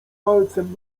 palcem